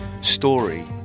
story